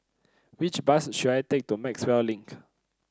which bus should I take to Maxwell Link